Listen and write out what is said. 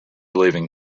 living